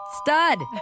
stud